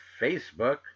Facebook